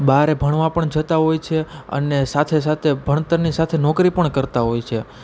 બહારે ભણવા પણ જતા હોય છે અને સાથે સાથે ભણતરની સાથે નોકરી પણ કરતા હોય છે